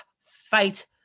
fight